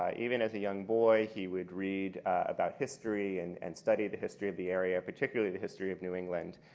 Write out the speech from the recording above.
ah even as a young boy he would read about history and and study the history of the area, particularly the history of new england.